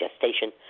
gestation